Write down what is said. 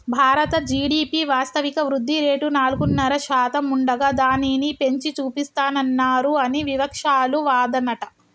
భారత జి.డి.పి వాస్తవిక వృద్ధిరేటు నాలుగున్నర శాతం ఉండగా దానిని పెంచి చూపిస్తానన్నారు అని వివక్షాలు వాదనట